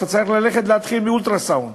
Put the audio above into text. אתה צריך להתחיל באולטרה-סאונד,